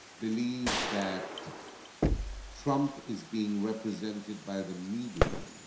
believe that trump is being represented by the media